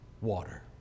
water